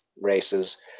races